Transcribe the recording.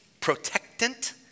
protectant